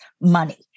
money